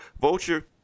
Vulture